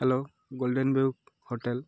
hello golden view hotel